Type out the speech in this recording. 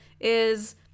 is-